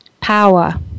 power